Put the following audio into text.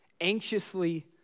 anxiously